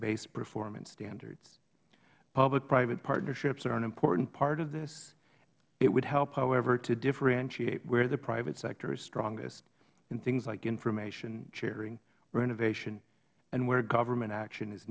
based performance standards publicprivate partnerships are an important part of this it would help however to differentiate where the private sector is strongest in things like information sharing and innovation and where government action is